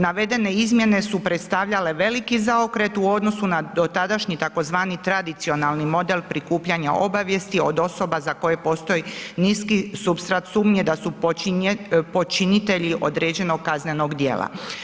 Navedene izmjene su predstavljale veliki zaokret u odnosu dotadašnji tzv. tradicionalni model prikupljanja obavijesti od osoba za koje postoji niski supstrat sumnje da su počinitelji određenog kaznenog djela.